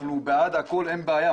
אנחנו בעד הכול, אין בעיה.